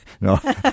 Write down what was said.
No